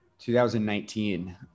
2019